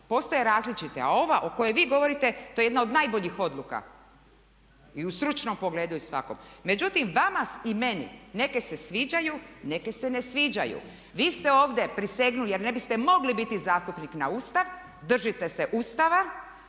postoje različite. A ova o kojoj vi govorite to je jedna od najboljih odluka i u stručnom pogledu i svakom. Međutim, vama i meni, neke se sviđaju, neke se ne sviđaju. Vi ste ovdje prisegnuli jer ne biste mogli biti zastupnik na Ustav, držite se Ustava